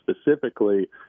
specifically